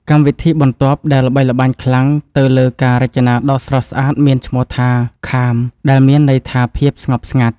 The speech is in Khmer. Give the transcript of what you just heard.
កម្មវិធីបន្ទាប់ដែលល្បីល្បាញខ្លាំងទៅលើការរចនាដ៏ស្រស់ស្អាតមានឈ្មោះថា ខាម (Calm) ដែលមានន័យថាភាពស្ងប់ស្ងាត់។